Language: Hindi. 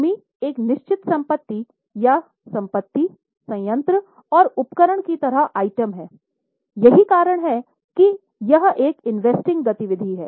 भूमि एक निश्चित संपत्ति या संपत्ति संयंत्र और उपकरण की तरह आइटम है यही कारण है कि यह एक इन्वेस्टिंग गति विधि है